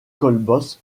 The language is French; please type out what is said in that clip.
colbosc